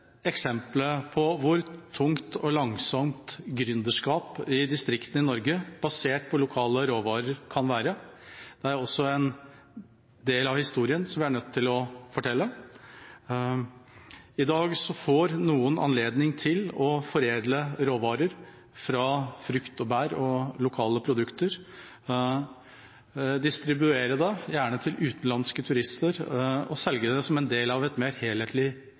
eksempel på hvor tungt og langsomt gründerskap basert på lokale råvarer kan være i distriktene i Norge. Det er også en del av historien som vi er nødt til å fortelle. I dag får noen anledning til å foredle råvarer fra frukt og bær og lokale produkter, distribuere produktene de har produsert – gjerne til utenlandske turister, og selge dem som en del av et mer helhetlig